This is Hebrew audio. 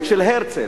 "אלטנוילנד" של הרצל,